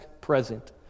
present